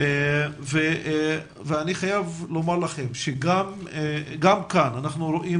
אני חייב להגיד לכם שגם כאן אנחנו רואים